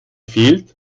fehlt